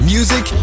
Music